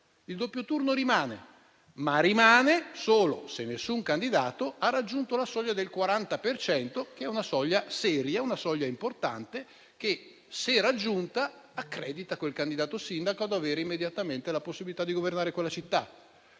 Il doppio turno rimane, ma solo se nessun candidato ha raggiunto la soglia del 40 per cento, che è una soglia seria e importante. Tale soglia, se raggiunta, accredita quel candidato sindaco ad avere immediatamente la possibilità di governare quella città.